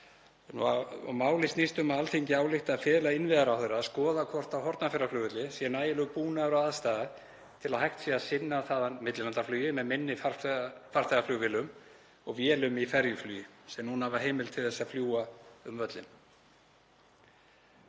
Málið snýst um að Alþingi álykti að fela innviðaráðherra að skoða hvort á Hornafjarðarflugvelli sé nægjanlegur búnaður og aðstaða til að hægt sé að sinna þaðan millilandaflugi með minni farþegaflugvélum og vélum í ferjuflugi sem núna hafa heimild til þess að fljúga um völlinn.